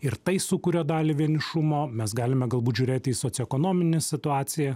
ir tai sukuria dalį vienišumo mes galime galbūt žiūrėti į socioekonominę situaciją